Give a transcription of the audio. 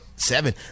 Seven